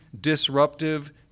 disruptive